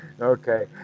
Okay